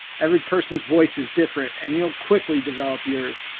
every person's voice is different. and you'll quickly develop yours.